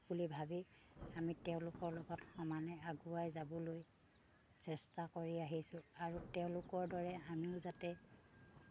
হওক বুলি ভাবি আমি তেওঁলোকৰ লগত সমানে আগুৱাই যাবলৈ চেষ্টা কৰি আহিছোঁ আৰু তেওঁলোকৰ দৰে আমিও যাতে